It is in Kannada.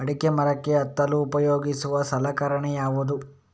ಅಡಿಕೆ ಮರಕ್ಕೆ ಹತ್ತಲು ಉಪಯೋಗಿಸುವ ಸಲಕರಣೆ ಯಾವುದು?